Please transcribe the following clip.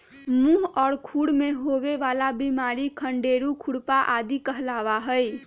मुह और खुर में होवे वाला बिमारी खंडेरू, खुरपा आदि कहलावा हई